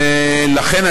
לכן,